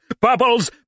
bubbles